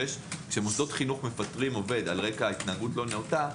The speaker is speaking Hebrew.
כשמוסדות חינוך מפטרים עובד על רקע התנהגות לא נאותה,